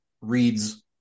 reads